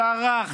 צרח,